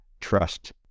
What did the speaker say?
trust